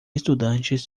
estudantes